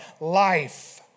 life